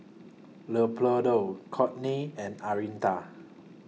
Leopoldo Kortney and Anitra